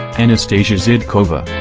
anastasia zhidkova